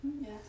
Yes